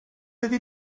ydy